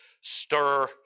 stir